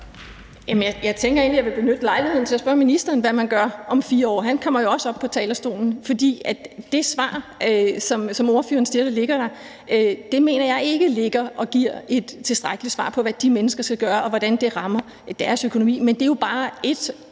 jeg tænker egentlig, at jeg vil benytte lejligheden til at spørge ministeren, hvad man gør om 4 år. Han kommer jo også op på talerstolen. For det svar, som ordføreren siger ligger der, mener jeg ikke ligger der og giver et tilstrækkeligt svar på, hvad de mennesker skal gøre, og hvordan det rammer deres økonomi. Men det er jo bare ét